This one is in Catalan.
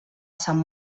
sant